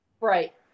Right